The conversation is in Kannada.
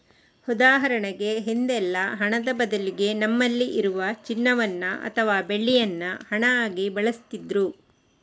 ಉದಾಹರಣೆಗೆ ಹಿಂದೆಲ್ಲ ಹಣದ ಬದಲಿಗೆ ನಮ್ಮಲ್ಲಿ ಇರುವ ಚಿನ್ನವನ್ನ ಅಥವಾ ಬೆಳ್ಳಿಯನ್ನ ಹಣ ಆಗಿ ಬಳಸ್ತಿದ್ರು